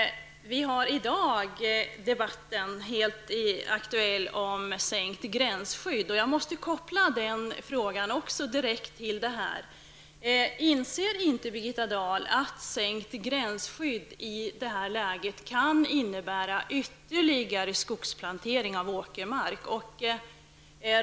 I dag är debatten om en sänkning av gränsskyddet helt aktuell. Jag måste direkt koppla också den frågan till det här. Inser inte Birgitta Dahl att sänkt gränsskydd i detta läge kan innebära ytterligare skogsplantering av åkermark?